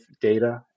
data